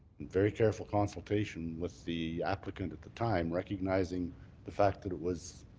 very careful consultation with the applicant at the time, recognizing the fact that it was